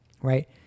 right